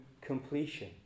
completion